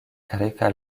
greka